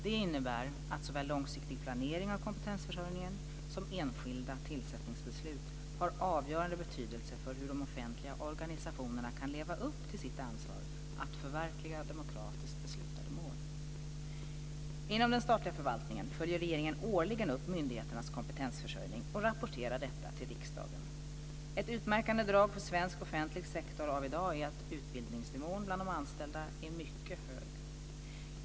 Det innebär att såväl långsiktig planering av kompetensförsörjningen som enskilda tillsättningsbeslut har avgörande betydelse för hur de offentliga organisationerna kan leva upp till sitt ansvar att förverkliga demokratiskt beslutade mål. Inom den statliga förvaltningen följer regeringen årligen upp myndigheternas kompetensförsörjning och rapporterar detta till riksdagen. Ett utmärkande drag för svensk offentlig sektor av i dag är att utbildningsnivån bland de anställda är mycket hög.